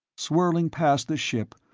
swirling past the ship,